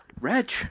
reg